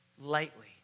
lightly